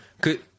good